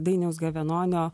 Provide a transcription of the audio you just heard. dainiaus gavenonio